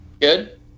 good